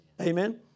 Amen